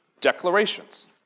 Declarations